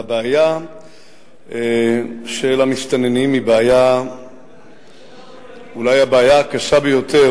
הבעיה של המסתננים היא אולי הבעיה הקשה ביותר